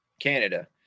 Canada